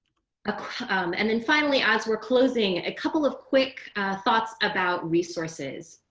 ah and then finally adds, we're closing a couple of quick thoughts about resources.